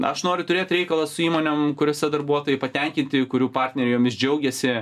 aš noriu turėt reikalą su įmonėm kuriose darbuotojai patenkinti kurių partneriai jomis džiaugiasi